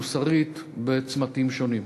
המוסרית בצמתים שונים.